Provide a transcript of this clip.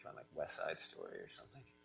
and like west side story or something.